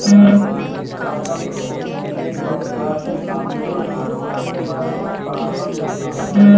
पादप रोग में पौधा में लागे वाला रोग के बारे में पढ़ावल जाला